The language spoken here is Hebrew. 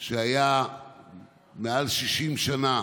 שהיה מעל 60 שנה,